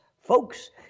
Folks